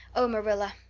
oh, marilla,